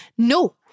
no